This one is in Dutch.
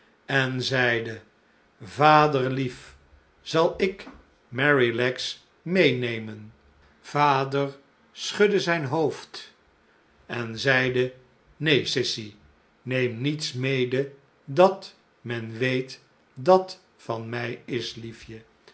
en zeide vaderlief zal ik merrylegs meenemen vader schudde zijn hoofd en zeide neen sissy neem niets mede dat men weet dat van mij is liefje